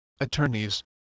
attorneys